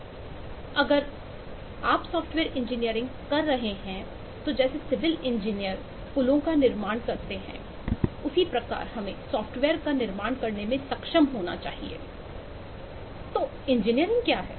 अगर आप software engineering कर रहे हैं तो जैसे सिविल इंजीनियरोंपुलों का निर्माण करते हैं उसी प्रकार हमें सॉफ्टवेयर का निर्माण करने में सक्षम होना चाहिए तो इंजीनियरिंग क्या है